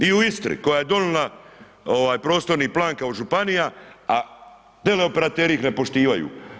I u Istri, koje je donijela prostorni plan kao županija, a teleoperateri ih ne poštivaju.